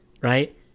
right